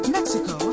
Mexico